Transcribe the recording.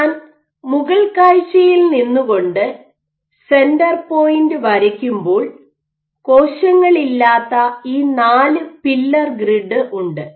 ഞാൻ മുകൾ കാഴ്ചയിൽ നിന്നുകൊണ്ട് സെന്റർ പോയിന്റ് വരയ്ക്കുമ്പോൾ കോശങ്ങളില്ലാത്ത ഈ നാല് പില്ലർ ഗ്രിഡ് ഉണ്ട്